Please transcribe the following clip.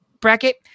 bracket